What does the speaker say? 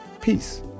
peace